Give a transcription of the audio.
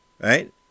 right